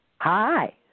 Hi